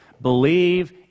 Believe